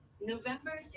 November